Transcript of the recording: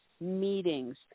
meetings